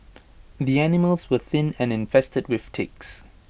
the animals were thin and infested with ticks